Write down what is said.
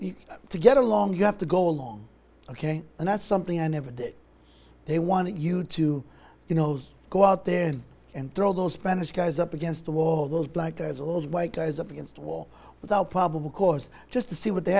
along to get along you have to go along ok and that's something i never did they want you to you knows go out there and throw those spanish guys up against the wall those black guys all white guys up against the wall without probable cause just to see what they